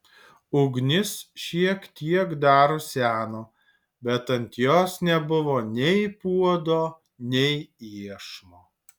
ugnis šiek tiek dar ruseno bet ant jos nebuvo nei puodo nei iešmo